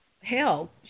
Hell